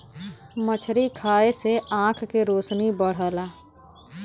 मछरी खाये से आँख के रोशनी बढ़ला